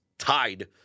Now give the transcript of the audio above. Tied